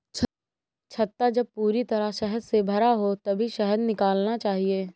छत्ता जब पूरी तरह शहद से भरा हो तभी शहद निकालना चाहिए